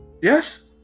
Yes